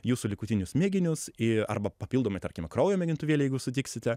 jūsų likutinius mėginius į arba papildomai tarkime kraujo mėgintuvėlį jeigu sutiksite